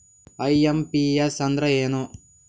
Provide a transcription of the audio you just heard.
IMPS ಅಂದ್ರ ಏನು?